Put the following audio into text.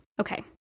Okay